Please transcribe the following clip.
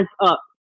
up